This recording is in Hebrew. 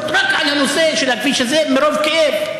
רק על הנושא של הכביש הזה מרוב כאב.